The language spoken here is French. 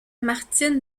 martine